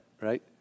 right